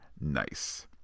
nice